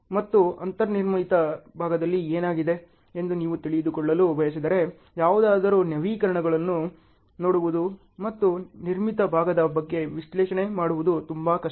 ಮತ್ತು ಅಂತರ್ನಿರ್ಮಿತ ಭಾಗದಲ್ಲಿ ಏನಾಗಿದೆ ಎಂದು ನೀವು ತಿಳಿದುಕೊಳ್ಳಲು ಬಯಸಿದರೆ ಯಾರಾದರೂ ನವೀಕರಣಗಳನ್ನು ನೋಡುವುದು ಮತ್ತು ನಿರ್ಮಿತ ಭಾಗದ ಬಗ್ಗೆ ವಿಶ್ಲೇಷಣೆ ಮಾಡುವುದು ತುಂಬಾ ಕಷ್ಟ